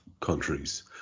countries